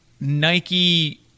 Nike